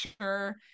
sure